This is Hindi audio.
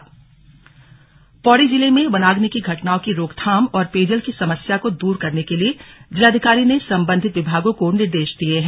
बैठक पौड़ी पौड़ी जिले में वनाग्नि की घटनाओं की रोकथाम और पेयजल की समस्या को दूर करने के लिए जिलाधिकारी ने संबंधित विभागों को निर्देश दिये हैं